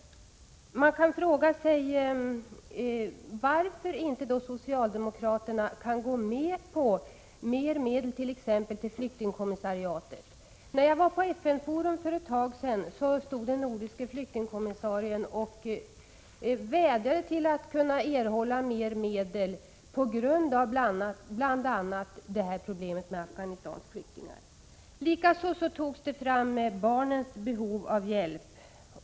Man kan fråga sig varför socialdemokraterna inte kan gå med på mer medel t.ex. till flyktingkommissariatet. Jag besökte för ett tag sedan FN-forum och då vädjade den nordiske flyktingkommissarien om ytterligare medel på grund av bl.a. problemet med Afghanistans flyktingar. Likaså nämndes barnens behov av hjälp.